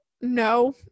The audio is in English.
No